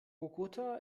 bogotá